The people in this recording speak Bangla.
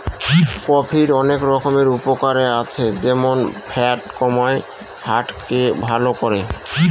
কফির অনেক রকমের উপকারে আছে যেমন ফ্যাট কমায়, হার্ট কে ভালো করে